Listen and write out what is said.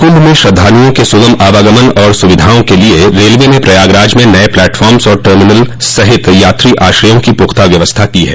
कुंभ में श्रद्वालुओं के सुगम आवागमन और सुविधाओं के लिए रेलवे ने प्रयागराज में नये प्लेटफार्म्स व टर्मिनल सहित यात्री आश्रयों की पुख्ता व्यवस्था की है